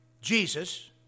Jesus